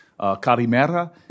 Carimera